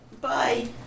bye